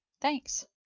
thanks